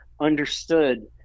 understood